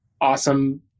awesome